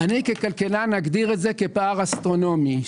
אני ככלכלן אגדיר את זה כפער אסטרונומי.